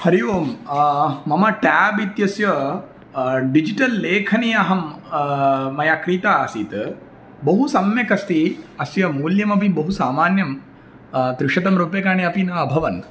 हरिः ओम् मम ट्याब् इत्यस्य डिजिटल् लेखनी अहं मया क्रीता असीत् बहु सम्यक् अस्ति अस्य मूल्यमपि बहु सामान्यं त्रिशतंरूप्यकाणि अपि न अभवन्